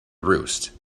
roost